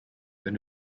wenn